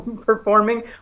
performing